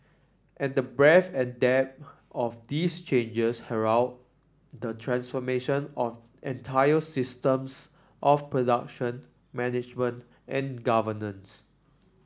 and the breadth and depth of these changes herald the transformation of entire systems of production management and governance